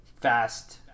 fast